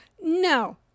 No